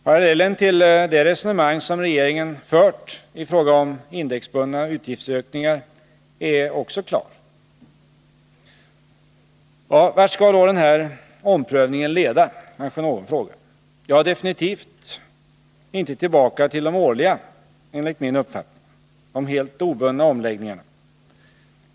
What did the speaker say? Parallellen till det resonemang som regeringen fört i fråga om indexbundna utgiftsökningar är också klar. Vart skall då den här omprövningen leda? kanske någon frågar. Ja, enligt min uppfattning definitivt inte tillbaka till de årliga, helt obundna omläggningarna.